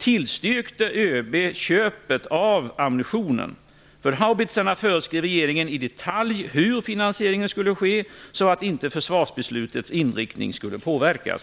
tillstyrkte ÖB köpet av ammunitionen. För haubitsarna föreskrev regeringen i detalj hur finansieringen skulle ske, så försvarsbeslutets inriktning inte skulle påverkas.